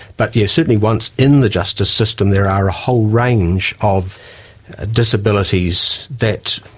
but yes, certainly once in the justice system there are a whole range of ah disabilities that